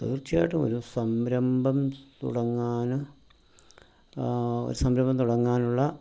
തീർച്ചയായിട്ടും ഒരു സംരംഭം തുടങ്ങാന് ഒരു സംരംഭം തുടങ്ങാനുള്ള